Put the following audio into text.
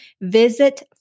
Visit